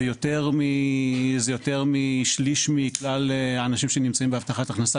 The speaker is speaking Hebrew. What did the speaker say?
זה יותר משליש מכלל האנשים שנמצאים בהבטחת הכנסה,